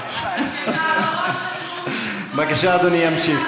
וכולם הקשיבו לך, כולל ראש הממשלה.